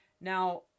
Now